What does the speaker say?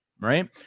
right